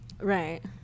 Right